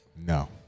No